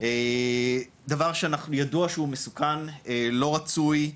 דבר שידוע שהוא מסוכן, לא רצוי.